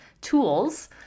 tools